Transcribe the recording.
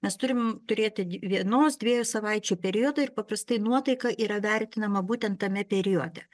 mes turim turėti vienos dviejų savaičių periodą ir paprastai nuotaika yra vertinama būtent tame periode